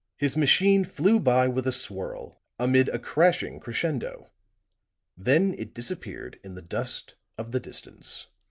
his machine flew by with a swirl, amid a crashing crescendo then it disappeared in the dust of the distance.